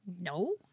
No